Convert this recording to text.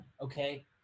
okay